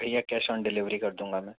भैया cash on delivery कर दूँगा मैं